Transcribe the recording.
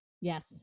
Yes